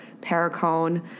Paracone